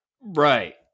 Right